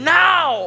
now